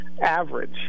average